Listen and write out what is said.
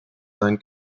sein